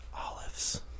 olives